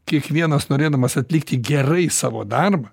kiekvienas norėdamas atlikti gerai savo darbą